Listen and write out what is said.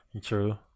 True